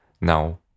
Now